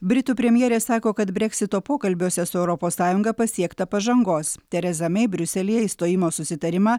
britų premjerė sako kad breksito pokalbiuose su europos sąjunga pasiekta pažangos tereza mei briuselyje išstojimo susitarimą